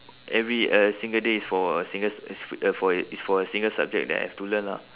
every uh single day is for a single it's it's uh for a it's for a single subject that I have to learn lah